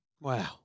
Wow